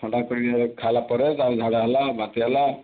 ଥଣ୍ଡା କରି ଖାଇଲା ପରେ ତାର ଝାଡ଼ାହେଲା ବାନ୍ତିହେଲା